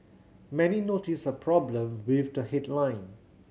many noticed a problem with the headline